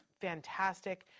fantastic